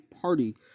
party